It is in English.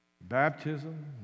Baptism